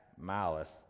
malice